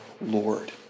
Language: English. Lord